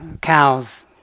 cows